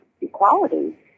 equality